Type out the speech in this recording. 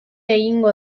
egingo